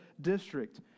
district